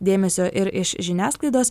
dėmesio ir iš žiniasklaidos